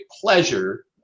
pleasure